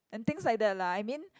and things like that lah I mean